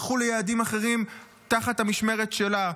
הלכו ליעדים אחרים תחת המשמרת שלה.